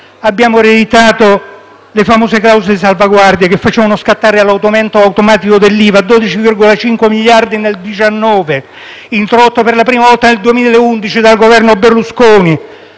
Abbiamo ereditato le famose clausole di salvaguardia che facevano scattare l'aumento automatico dell'IVA a 12,5 miliardi di euro nel 2019, introdotto per la prima volta nel 2011 dal Governo Berlusconi,